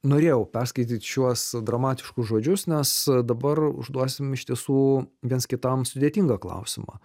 norėjau perskaityt šiuos dramatiškus žodžius nes dabar užduosim iš tiesų viens kitam sudėtingą klausimą